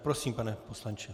Prosím, pane poslanče.